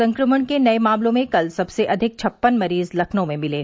संक्रमण के नए मामलों में कल सबसे अधिक छप्पन मरीज लखनऊ में मिले